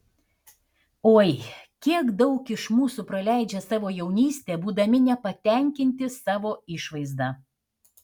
oi kiek daug iš mūsų praleidžia savo jaunystę būdami nepatenkinti savo išvaizda